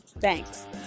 Thanks